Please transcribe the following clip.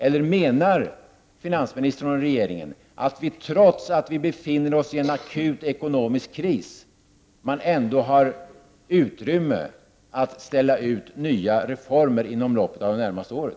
Eller menar finansministern och regeringen att det, trots att vi befinner oss i en akut ekonomisk kris, finns utrymme för att ställa ut nya reformer inom loppet av det närmaste året?